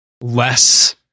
less